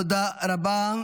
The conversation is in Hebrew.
תודה רבה.